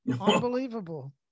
Unbelievable